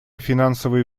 финансовые